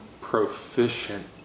proficient